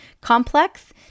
complex